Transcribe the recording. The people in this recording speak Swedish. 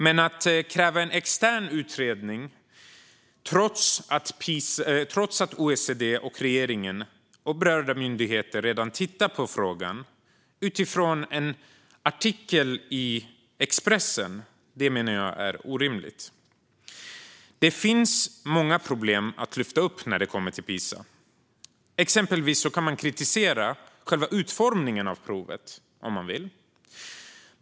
Men att kräva en extern utredning på grund av en artikel i Expressen, trots att OECD, regeringen och berörda myndigheter redan tittar på frågan, menar jag är orimligt. Det finns många problem att lyfta upp när det gäller PISA. Exempelvis kan man kritisera själva utformningen av provet om man vill.